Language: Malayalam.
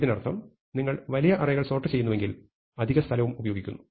ഇതിനർത്ഥം നിങ്ങൾ വലിയ അറേകൾ സോർട്ട് ചെയ്യുന്നുവെങ്കിൽ അധിക സ്ഥലവും ഉപയോഗിക്കുന്നു